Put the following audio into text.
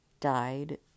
died